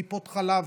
טיפות חלב,